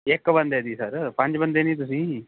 ਇੱਕ ਬੰਦੇ ਦੀ ਸਰ ਪੰਜ ਬੰਦੇ ਨੀ ਤੁਸੀਂ